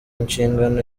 inshingano